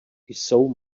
jsou